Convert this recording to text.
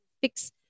fix